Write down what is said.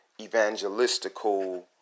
evangelistical